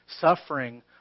Suffering